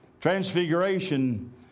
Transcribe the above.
Transfiguration